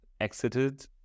exited